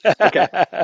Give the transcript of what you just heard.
Okay